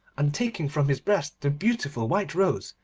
and taking from his breast the beautiful white rose,